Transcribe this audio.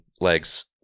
legs